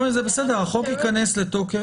החוק ייכנס לתקף